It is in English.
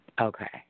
Okay